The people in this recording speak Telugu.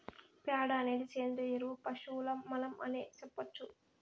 ప్యాడ అనేది సేంద్రియ ఎరువు పశువుల మలం అనే సెప్పొచ్చు